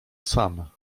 sam